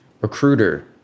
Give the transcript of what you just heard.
recruiter